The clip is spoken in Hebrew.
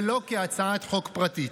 ולא כהצעת חוק פרטית.